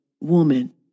woman